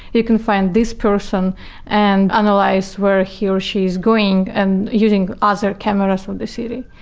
you can find this person and analyze where he or she is going and using other cameras from the city.